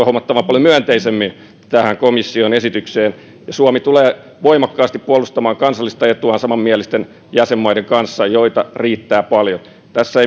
huomattavan paljon myönteisemmin tähän komission esitykseen suomi tulee voimakkaasti puolustamaan kansallista etuaan samanmielisten jäsenmaiden kanssa joita riittää paljon tässä